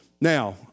Now